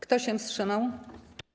Kto się wstrzymał?